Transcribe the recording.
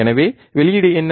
எனவே வெளியீடு என்ன